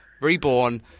reborn